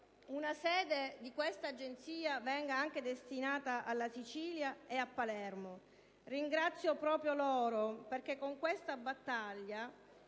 una sede di questa Agenzia venga destinata anche alla Sicilia e a Palermo. Ringrazio proprio loro, perché con questa battaglia